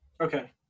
Okay